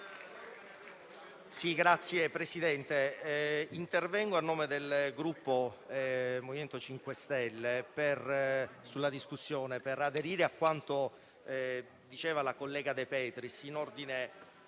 Signor Presidente, intervengo a nome del Gruppo MoVimento 5 Stelle per aderire a quanto dichiarato dalla collega De Petris in ordine